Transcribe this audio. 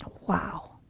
Wow